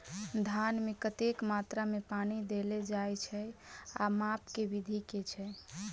धान मे कतेक मात्रा मे पानि देल जाएँ छैय आ माप केँ विधि केँ छैय?